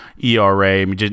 ERA